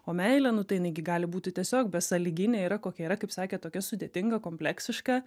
o meilė nu tai jinai gi gali būti tiesiog besąlyginė yra kokia yra kaip sakėt tokia sudėtinga kompleksiška